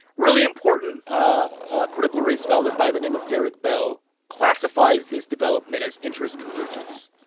really important ah critical race scholar by the name of derrick bell classifies this development as interest convergence,